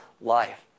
life